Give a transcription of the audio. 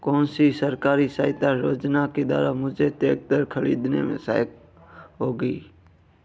कौनसी सरकारी सहायता योजना के द्वारा मुझे ट्रैक्टर खरीदने में सहायक होगी?